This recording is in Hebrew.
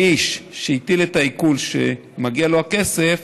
והאיש שהטיל את העיקול, שמגיע לו הכסף,